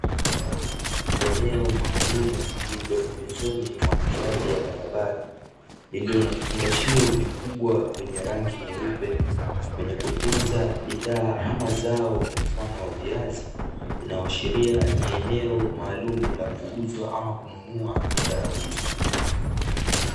Eneo maalumu lililo pembezoni mwa hifadhi ya barabara, lililo na vifungashio vikubwa vyenye rangi nyeupe, vyenye kutunza bidhaa ama zao mfano wa viazi, inayoashiria ni eneo la maalumu la kuuzwa ama kununua bidhaa hizo.